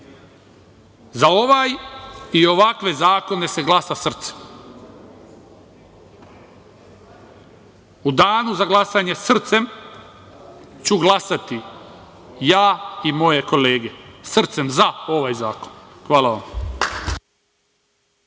Za ovaj i ovakve zakone se glasa srcem. U danu za glasanje srcem ću glasati ja i moje kolege, srcem za ovaj zakon. Hvala vam.